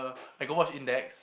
I got watch index